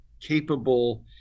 capable